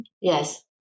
Yes